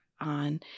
On